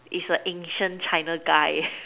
is a ancient China guy